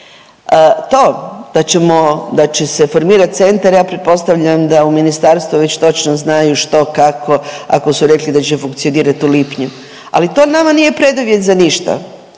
da će se formirat centar ja pretpostavljam da u ministarstvu već točno znaju što, kako, ako su rekli da će funkcionirat u lipnju, ali to nama nije preduvjet za ništa.